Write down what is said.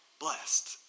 blessed